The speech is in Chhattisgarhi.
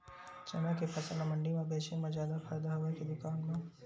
चना के फसल ल मंडी म बेचे म जादा फ़ायदा हवय के दुकान म?